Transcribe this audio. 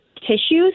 tissues